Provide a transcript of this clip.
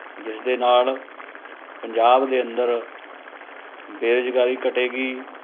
ਜਿਸ ਦੇ ਨਾਲ ਪੰਜਾਬ ਦੇ ਅੰਦਰ ਬੇਰੁਜ਼ਗਾਰੀ ਘਟੇਗੀ